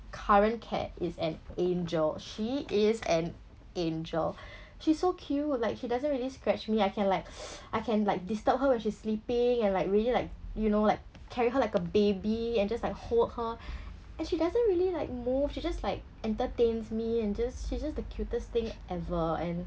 current cat is an angel she is an angel she's so cute like she doesn't really scratch me I can like I can like disturb her when she's sleeping and like really like you know like carry her like a baby and just like hold her and she doesn't really like move she just like entertains me and just she's just the cutest thing ever and